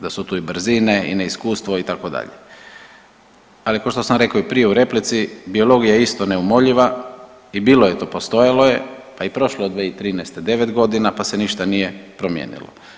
Da su tu brzine i neiskustvo, itd., ali kao što sam rekao i prije u replici, biologija isto neumoljiva i bilo je to, postojalo je pa i prošlo je 2013. 9 godina pa se ništa nije promijenilo.